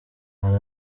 hari